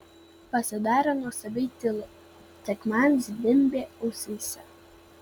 pasidarė nuostabiai tylu tik man zvimbė ausyse